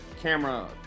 camera